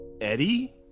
Eddie